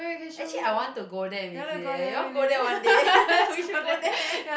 actually I want to go there and visit eh you want go there one day we should go there